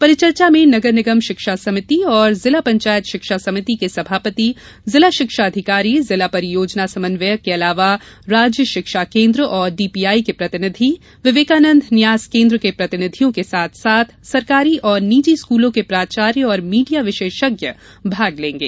परिचर्चा में नगर निगम शिक्षा समिति और जिला पंचायत शिक्षा समिति के सभापति जिला शिक्षा अधिकारी जिला परियोजना समन्वयक के अलावा राज्य शिक्षा केन्द्र और डीपीआई के प्रतिनिधि विवेकानंद न्यास केन्द्र के प्रतिनिधियों के साथ साथ सरकारी और निजी स्कूलों के प्राचार्य और मीडिया विशेषज्ञ भाग लेंगे